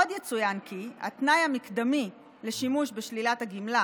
עוד יצוין כי התנאי המקדמי לשימוש בשלילת הגמלה